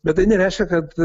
bet tai nereiškia kad